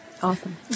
awesome